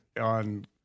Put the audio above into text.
on –